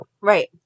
Right